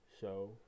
show